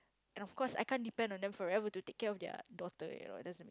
and of course I can't depend on them forever to take care of their daughter you know there's